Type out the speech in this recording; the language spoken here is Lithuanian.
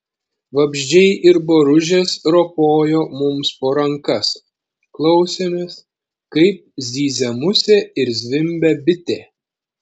vabzdžiai ir boružės ropojo mums po rankas klausėmės kaip zyzia musė ir zvimbia bitė